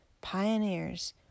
pioneers